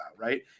right